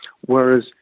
whereas